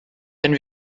wenn